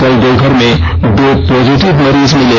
कल देवघर में दो पॉजिटिव मरीज मिले